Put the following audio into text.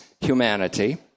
humanity